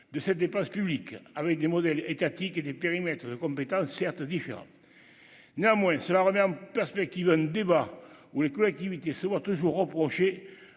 de ses dépenses publiques avec des modèles étatiques et des périmètres de compétence certes différent néanmoins cela remet en perspective le débat où les collectivités se voit toujours reprocher